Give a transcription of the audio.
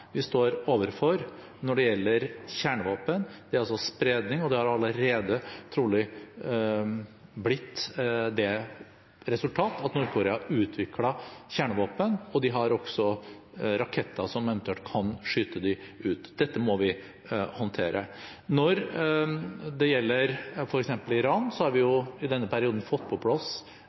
vi står overfor når det gjelder kjernevåpen, det er spredning, og det har allerede trolig blitt det resultat at Nord-Korea har utviklet kjernevåpen, og de har også raketter som eventuelt kan skyte dem ut. Dette må vi håndtere. Når det gjelder f.eks. Iran, har vi i denne perioden fått på plass